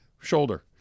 Shoulder